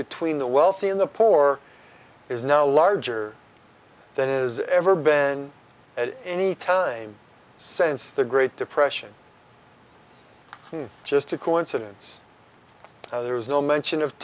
between the wealthy and the poor is now larger than is ever been at any time since the great depression just a coincidence there was no mention